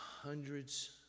hundreds